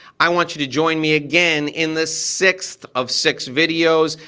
i want you to join me again in the sixth of six videos.